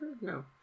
No